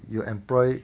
you employ